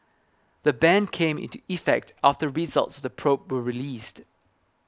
the ban came into effect after results of the probe were released